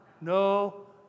No